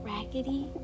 Raggedy